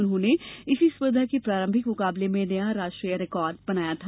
उन्होंने इसी स्पर्धा के प्रारम्भिम मुकाबले में नया राष्ट्रीय रिकार्ड बनाया था